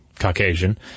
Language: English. Caucasian